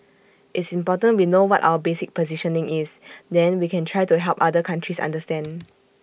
it's important we know what our basic positioning is then we can try to help other countries understand